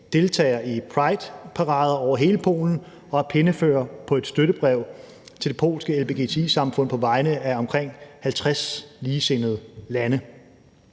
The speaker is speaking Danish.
deltager i prideparader over hele Polen og er pennefører på et støttebrev til det polske lgbti-samfund på vegne af omkring 50 ligesindede lande.